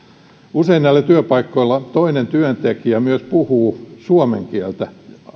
usein näillä työpaikoilla toinen työntekijä myös puhuu suomen kieltä